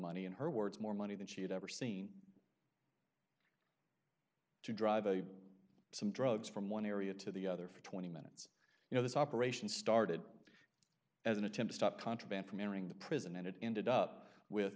money in her words more money than she had ever seen to drive a some drugs from one area to the other for twenty minutes you know this operation started as an attempt stop contraband from entering the prison and it ended up with